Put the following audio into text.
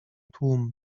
tłum